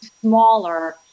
smaller